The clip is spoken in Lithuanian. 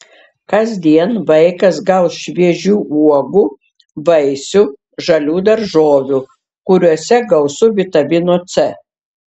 kasdien vaikas gaus šviežių uogų vaisių žalių daržovių kuriose gausu vitamino c